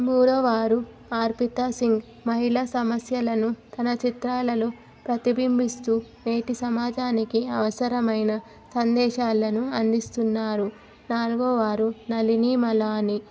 మూడవవారు అర్పితా సింగ్ మహిళా సమస్యలను తన చిత్రాలలో ప్రతిబింబిస్తూ నేటి సమాజానికి అవసరమైన సందేశాలను అందిస్తున్నారు నాలుగవ వారు నళినీ మలాని